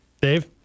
Dave